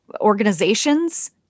organizations